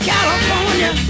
California